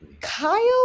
Kyle